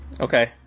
Okay